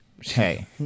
hey